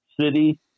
city